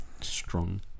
strong